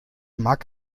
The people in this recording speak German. mag